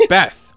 Beth